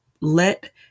let